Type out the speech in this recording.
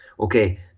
okay